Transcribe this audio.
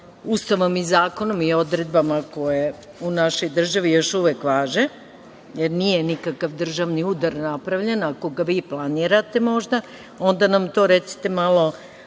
Ustavom i zakonima i odredbama koje u našoj državi još uvek važe, jer nije nikakav državni udar napravljen, a ako ga vi planirate možda, onda nam to recite malo